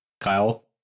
Kyle